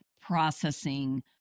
processing